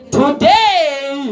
today